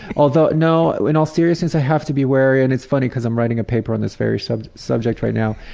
although no, in all seriousness i have to be wary and it's funny because i'm writing a paper on this very subject subject right now.